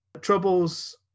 Troubles